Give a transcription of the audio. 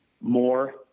more